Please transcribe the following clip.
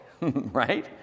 right